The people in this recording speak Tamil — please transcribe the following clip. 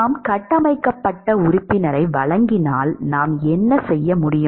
நாம் கட்டமைக்கப்பட்ட உறுப்பினரை வழங்கினால் நாம் என்ன செய்ய முடியும்